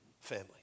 family